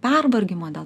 pervargimo dėl